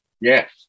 Yes